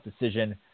decision